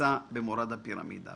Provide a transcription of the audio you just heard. נמצא במורד הפירמידה.